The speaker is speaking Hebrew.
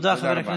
תודה רבה.